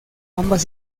ambas